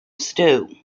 stew